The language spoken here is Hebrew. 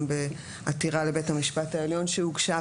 גם בעתירה לבית המשפט העליון שהוגשה.